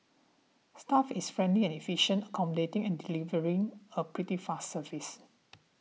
staff is friendly and efficient accommodating and delivering a pretty fast service